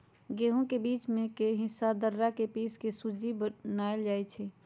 गहुम के बीच में के हिस्सा दर्रा से पिसके सुज्ज़ी बनाएल जाइ छइ